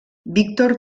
víctor